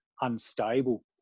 unstable